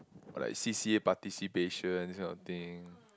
or like C_C_A participation this kind of thing